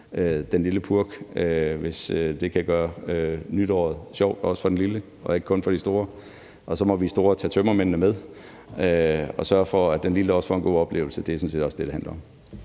den lille purk, hvis det kan gøre nytåret sjovt for også den lille og ikke kun for de store. Så må vi store tage tømmermændene med og sørge for, at den lille også får en god oplevelse. Det er sådan set også